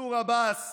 מנסור עבאס